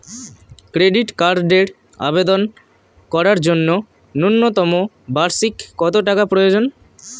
Credit কার্ডের আবেদন করার জন্য ন্যূনতম বার্ষিক কত টাকা প্রয়োজন?